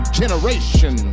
generation